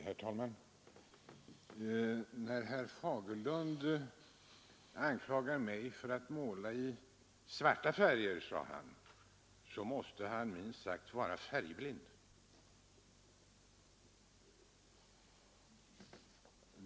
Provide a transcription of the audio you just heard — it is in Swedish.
Herr talman! När herr Fagerlund anklagar mig för att måla i svart måste han minst sagt vara färgblind.